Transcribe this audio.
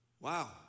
Wow